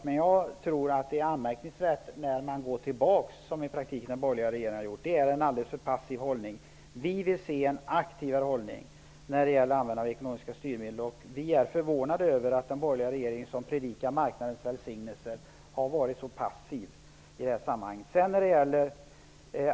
Men jag tycker att det är anmärkningsvärt när man går tillbaka, som den borgerliga regeringen i praktiken har gjort. Det är en alldeles för passiv hållning. Vi vill se en aktivare hållning när det gäller användandet av ekonomiska styrmedel. Vi är förvånade över att den borgerliga regeringen, som predikar marknadens väsignelser, har varit så passiv i detta sammanhang.